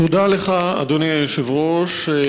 תודה לך, אדוני היושב-ראש.